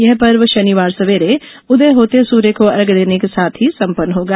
यह पर्व शनिवार सवेरे उदय होते सूर्य को अर्घ्य देने के बाद संपन्न होगा